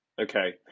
Okay